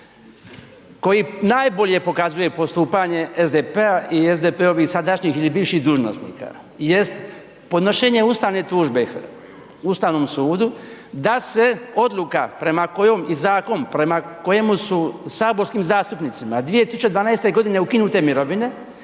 koji najbolje pokazuje postupanje SDP-a i SDP-ovih sadašnjih ili bivših dužnosnika jest podnošenje ustavne tužbe Ustavnom sudu da se odluka i zakon prema kojem su saborskim zastupnicima 2012. godine ukinute mirovine,